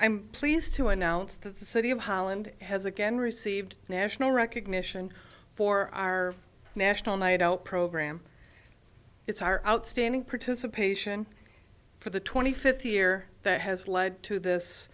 i'm pleased to announce that the city of holland has again received national recognition for our national night out program it's our outstanding participation for the twenty fifth year that has led to this